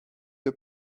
que